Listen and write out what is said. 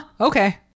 Okay